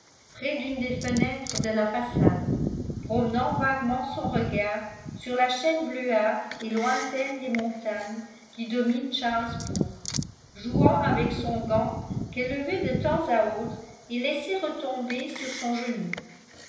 près d'une des fenêtres de la façade promenant vaguement son regard sur la chaîne bleuâtre et lointaine des montagnes qui dominent charlesbourg jouant avec son gant qu'elle levait de temps à autre et laissait retomber sur son genou